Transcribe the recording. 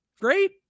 great